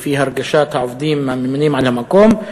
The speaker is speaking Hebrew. לפי הרגשת העובדים הממונים על המקום,